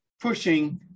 pushing